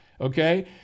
Okay